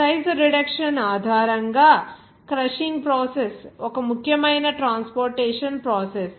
size reduction ఆధారంగా crushing process ఒక ముఖ్యమైన ట్రాన్స్పోర్టేషన్ ప్రాసెస్